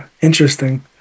Interesting